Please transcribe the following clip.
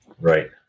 Right